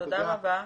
תודה רבה.